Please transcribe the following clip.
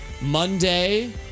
Monday